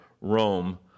Rome